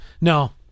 No